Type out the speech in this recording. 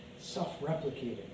self-replicating